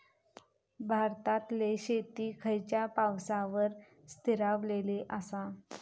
भारतातले शेती खयच्या पावसावर स्थिरावलेली आसा?